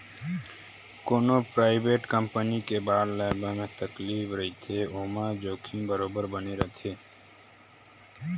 कोनो private company के bond ल लेवब म तकलीफ रहिथे ओमा जोखिम बरोबर बने रथे